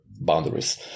boundaries